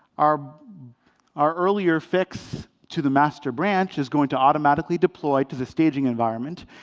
our our earlier fix to the master branch is going to automatically deploy to the staging environment.